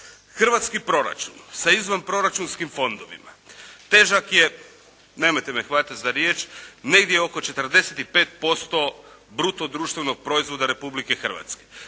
Hrvatski proračun sa izvanproračunskim fondovima težak je, nemojte me hvatati za riječ, negdje oko 45% bruto društvenog proizvoda Republike Hrvatske.